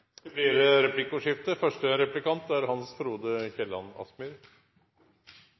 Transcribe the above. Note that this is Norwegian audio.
Det blir replikkordskifte. Det er